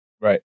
Right